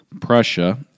Prussia